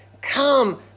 Come